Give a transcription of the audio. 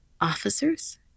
Officers